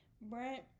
Brent